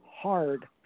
hard